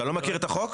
אתה לא מכיר את החוק?